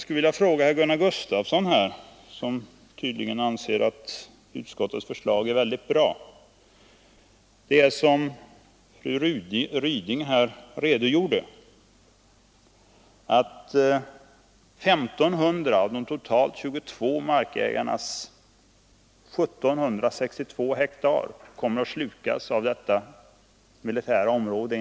Sedan vill jag fråga Gunnar Gustafsson, som tydligen anser att utskottets förslag är väldigt bra, när det förhåller sig så som fru Ryding redogjorde för, att I 500 av de totalt 22 markägarnas 1 762 hektar enligt förslaget kommer att slukas av detta militära område?